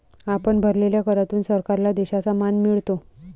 आपण भरलेल्या करातून सरकारला देशाचा मान मिळतो